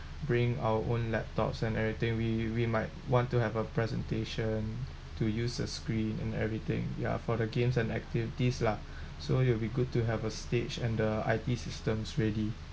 bring our own laptops and everything we we might want to have a presentation to use a screen and everything ya for the games and activities lah so it will be good to have a stage and the I_T systems ready